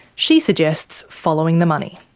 she suggests following the money.